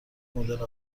مدل